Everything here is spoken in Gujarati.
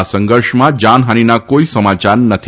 આ સંઘર્ષમાં જાનહાનીના કોઈ સમાચાર નથી